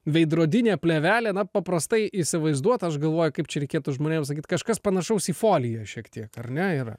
veidrodinė plėvelė na paprastai įsivaizduot aš galvoju kaip čia reikėtų žmonėms sakyt kažkas panašaus į foliją šiek tiek ar ne yra